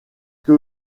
que